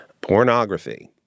pornography